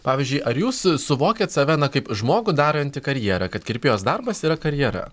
pavyzdžiui ar jūs su suvokiat save na kaip žmogų darantį karjerą kad kirpėjos darbas yra karjera